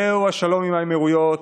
זהו השלום עם האמירויות,